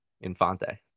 Infante